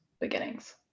beginnings